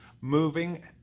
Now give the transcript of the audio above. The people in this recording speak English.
moving